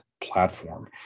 platform